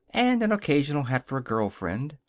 and an occasional hat for a girl friend.